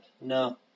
No